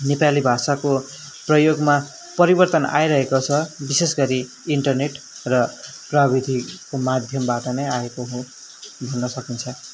नेपाली भाषाको प्रयोगमा परिवर्तन आइरहेको छ विशेष गरि इन्टरनेट र प्रविधिको माध्यमबाट नै आएको हो भन्न सकिन्छ